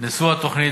נשוא התוכנית,